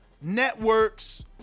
networks